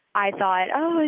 i thought, oh,